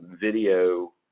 video